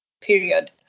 Period